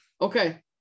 Okay